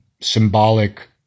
symbolic